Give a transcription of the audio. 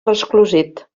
resclosit